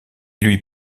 lui